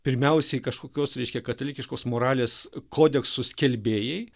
pirmiausiai kažkokios reiškia katalikiškos moralės kodeksų skelbėjai